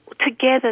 together